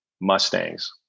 Mustangs